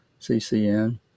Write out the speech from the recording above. CCN